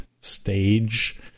stage